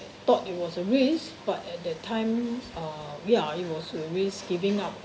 thought it was a risk but at that time uh ya it was a risk giving up